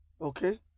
Okay